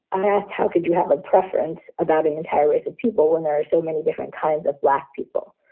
i asked, how could you have a preference about an entire race of people when there are so many different kinds of black people?